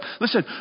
Listen